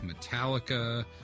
Metallica